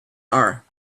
are